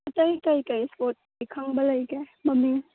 ꯑꯇꯩ ꯀꯔꯤ ꯀꯔꯤ ꯁ꯭ꯄꯣꯔꯠꯇꯤ ꯈꯪꯕ ꯂꯩꯒꯦ ꯃꯃꯤꯡ